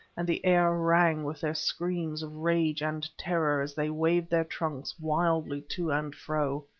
and the air rang with their screams of rage and terror as they waved their trunks wildly to and fro.